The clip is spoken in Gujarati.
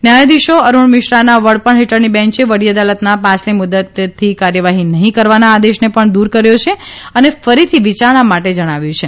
ન્યાયાધીશો અરૂણ મિશ્રાના વડપણ હેઠળની બેન્ચે વડી અદાલતના પાછલી મુદતથી કાર્યવાહી નહીં કરવાના આદેશને પણ દૂર કર્યો છે અને ફરીથી વિયારણા માટે જણાવ્યું છે